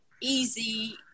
easy